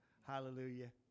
Hallelujah